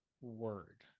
word